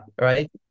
right